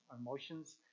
emotions